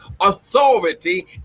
authority